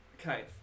Okay